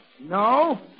No